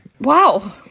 Wow